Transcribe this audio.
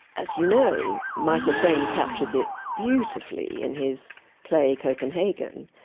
as you know, michael frayn captures it beautifully in his play copenhagen,